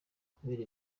kubera